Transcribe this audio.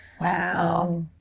wow